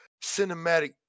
cinematic